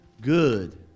good